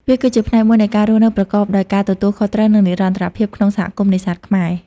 វាគឺជាផ្នែកមួយនៃការរស់នៅប្រកបដោយការទទួលខុសត្រូវ និងនិរន្តរភាពក្នុងសហគមន៍នេសាទខ្មែរ។